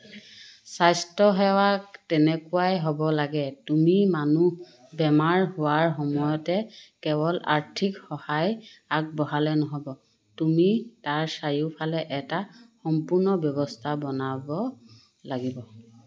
স্বাস্থ্যসেৱা তেনেকুৱাই হ'ব লাগে তুমি মানুহ বেমাৰ হোৱাৰ সময়তে কেৱল আৰ্থিক সহায় আগবঢ়ালে নহ'ব তুমি তাৰ চাৰিওফালে এটা সম্পূৰ্ণ ব্যৱস্থা বনাব লাগিব